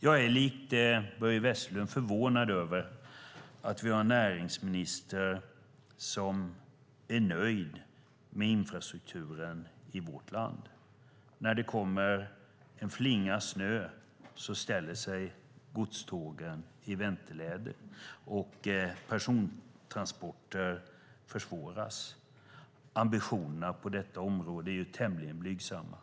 Börje Vestlund, jag är lite förvånad över att vi har en näringsminister som är nöjd med infrastrukturen i vårt land. När det kommer en flinga snö ställer sig godstågen i vänteläge, och persontransporterna försvåras. Ambitionerna på detta område är tämligen blygsamma.